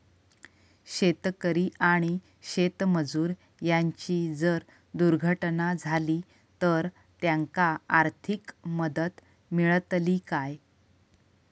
शेतकरी आणि शेतमजूर यांची जर दुर्घटना झाली तर त्यांका आर्थिक मदत मिळतली काय?